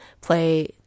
play